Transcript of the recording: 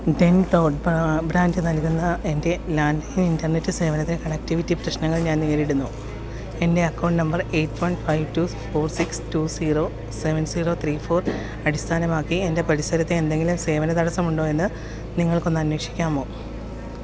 Den ഡോ ബ്രാ brand നൽകുന്ന എൻ്റെ ലാൻഡ് ലൈൻ ഇൻറ്റർനെറ്റ് സേവനത്തിൽ കണക്റ്റിവിറ്റി പ്രശ്നങ്ങൾ ഞാൻ നേരിടുന്നു എൻ്റെ account number eight one five two four six two zero seven zero three four അടിസ്ഥാനമാക്കി എൻ്റെ പരിസരത്ത് എന്തെങ്കിലും സേവന തടസ്സമുണ്ടോ എന്ന് നിങ്ങൾക്കൊന്ന് അന്വേഷിക്കാമോ